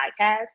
podcast